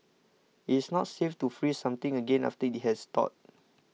it is not safe to freeze something again after it has thawed